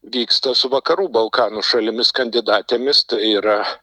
vyksta su vakarų balkanų šalimis kandidatėmis tai yra